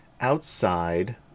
outside